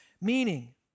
meaning